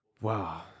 Wow